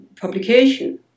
publication